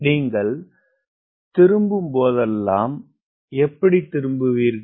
நீங்கள் திரும்பும் போதெல்லாம் நீங்கள் எப்படி திரும்புவீர்கள்